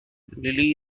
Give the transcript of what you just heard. lily